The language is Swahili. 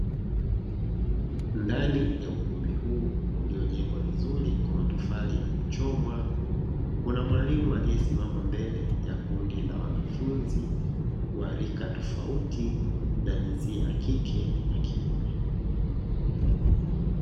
Ndani ya ukumbi huu uliojengwa vizuri kwa matofali ya kuchomwa, kuna mwalimu alie simama mbele ya kundi la wanafunzi wa rika tofauti wa jinsia ya kike na ya kiume.